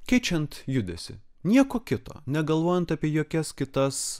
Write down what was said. keičiant judesį nieko kito negalvojant apie jokias kitas